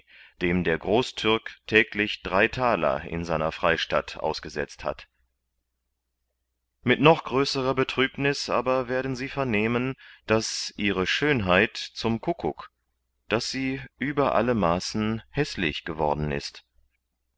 dem der großtürk täglich drei thaler in seiner freistatt ausgesetzt hat mit noch größerer betrübniß aber werden sie vernehmen daß ihre schönheit zum kuckuck daß sie über alle maßen häßlich geworden ist